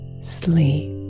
sleep